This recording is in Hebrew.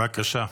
בבקשה.